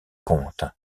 comte